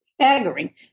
staggering